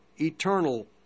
eternal